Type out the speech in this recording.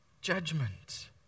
judgment